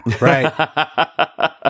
Right